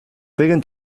began